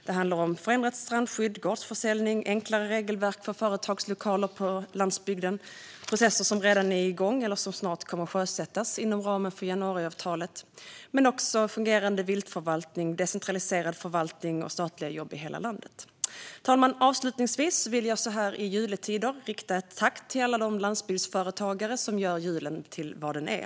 Det handlar om förändrat strandskydd, gårdsförsäljning och enklare regelverk för företagslokaler på landsbygden. Det är processer som redan är igång eller som snart kommer att sjösättas inom ramen för januariavtalet. Men det handlar också om en fungerande viltförvaltning, en decentraliserad förvaltning och statliga jobb i hela landet. Fru talman! Avslutningsvis vill jag så här i juletider rikta ett tack till alla de landsbygdsföretagare som gör julen till vad den är.